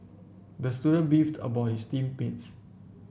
the student beefed his team mates